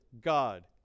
God